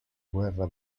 guerra